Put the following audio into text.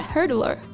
Hurdler